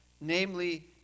namely